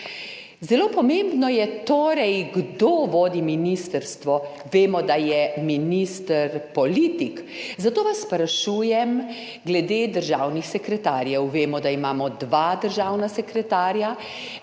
Zelo pomembno je torej, kdo vodi ministrstvo. Vemo, da je minister politik, zato vas sprašujem glede državnih sekretarjev. Vemo, da imamo dva državna sekretarja.